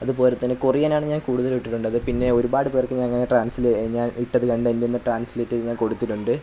അതുപോലെ തന്നെ കൊറിയനാണ് ഞാൻ കൂടുതലും ഇട്ടിട്ടുള്ളത് പിന്നെ ഒരുപാട് പേർക്ക് അങ്ങനെ ഞാൻ ഇട്ടത് കണ്ടെൻറ്റേന്ന് ട്രാൻസ്ലേറ്റ് ചെയ്ത് ഞാൻ കൊടുത്തിട്ടുണ്ട്